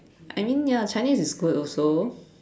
I mean ya Chinese is good also